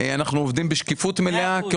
אנחנו עובדים בשקיפות מלאה,